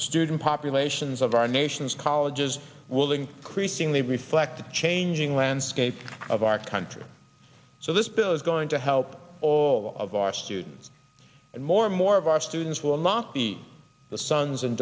the student populations of our nation's colleges will increasingly reflect the changing landscape of our country so this bill is going to help all of our students and more and more of our students will not be the sons and